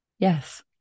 Yes